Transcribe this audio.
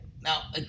Now